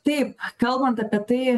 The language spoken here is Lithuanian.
taip kalbant apie tai